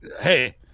hey